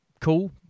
cool